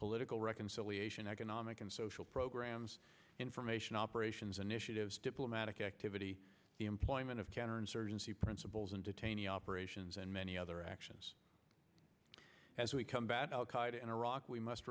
political reconciliation economic and social programs information operations initiatives diplomatic activity the employment of counterinsurgency principles and detaining operations and many other actions as we come back al qaeda in iraq we must